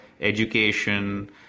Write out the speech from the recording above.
education